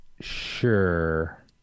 sure